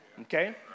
okay